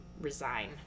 resign